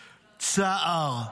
צער.